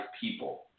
people